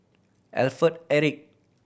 Alfred Eric